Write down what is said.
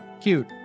Cute